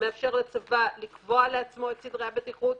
מאפשר לצבא לקבוע לעצמו את סדרי הבטיחות,